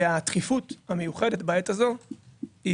הדחיפות המיוחדת בעת הזאת,